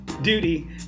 duty